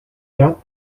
got